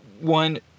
one